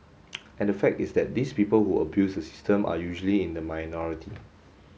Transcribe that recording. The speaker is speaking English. and the fact is that these people who abuse the system are usually in the minority